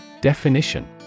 Definition